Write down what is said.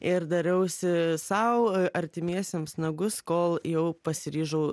ir darausi sau artimiesiems nagus kol jau pasiryžau